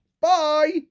Bye